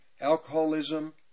alcoholism